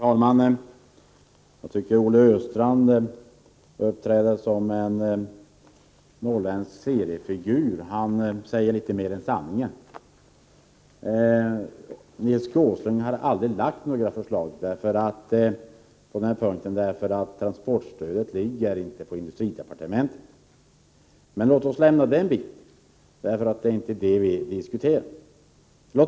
Herr talman! Olle Östrand uppträder som en norrländsk seriefigur — han säger litet mer än sanningen. Nils G. Åsling har aldrig lagt fram några förslag på denna punkt. Transportstödet hör nämligen inte till industridepartementets verksamhetsområde. Men låt oss lämna den biten. Det är inte det som vi diskuterar.